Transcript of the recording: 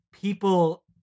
people